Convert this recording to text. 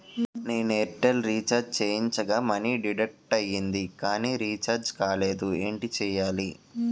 నేను Airtel recharge చేయించగా money deduct అయ్యింది కానీ రీఛార్జ్ కాలేదు ఏంటి చేయాలి?